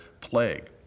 plague